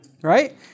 Right